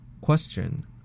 Question